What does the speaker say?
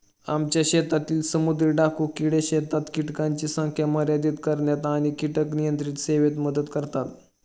आमच्या शेतातील समुद्री डाकू किडे शेतात कीटकांची संख्या मर्यादित करण्यात आणि कीटक नियंत्रण सेवेत मदत करतात